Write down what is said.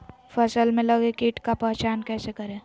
फ़सल में लगे किट का पहचान कैसे करे?